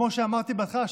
כמו שאמרתי בהתחלה,